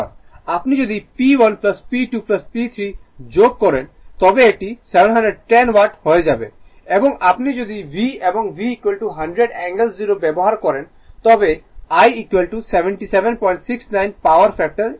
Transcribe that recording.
আপনি যদি P 1 P 2 P 3 যোগ করেন তবে এটি 710 ওয়াট হয়ে যাবে এবং আপনি যদি V এবং V 100 অ্যাঙ্গেল 0 ব্যবহার করেন তবে I 7769 power factor angle 226o